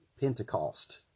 Pentecost